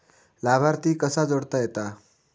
लाभार्थी कसा जोडता येता?